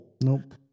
Nope